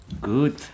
Good